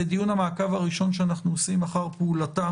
זה דיון המעקב הראשון שאנחנו עורכים אחר פעולתה